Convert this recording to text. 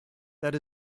that